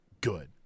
good